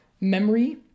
memory